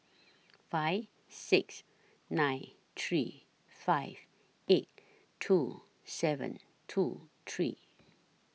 five six nine three five eight two seven two three